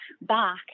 back